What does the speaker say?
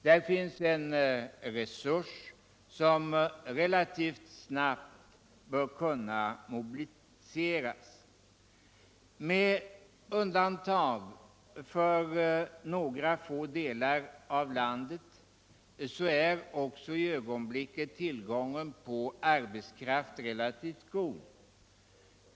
Där finns en resurs som relativt snabbt bör kunna mobiliseras. Med undantag för några få delar av landet är i ögonblicket också tillgången på arbetskraft relativt god.